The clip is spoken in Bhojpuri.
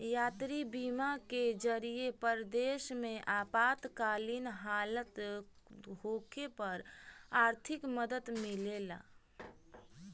यात्री बीमा के जरिए परदेश में आपातकालीन हालत होखे पर आर्थिक मदद मिलेला